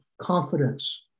confidence